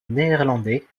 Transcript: néerlandais